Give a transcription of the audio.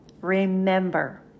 Remember